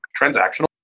transactional